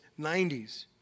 90s